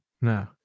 No